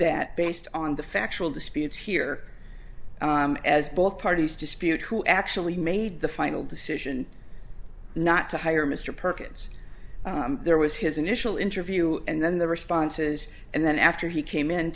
that based on the factual disputes here as both parties dispute who actually made the final decision not to hire mr perkins there was his initial interview and then the responses and then after he came in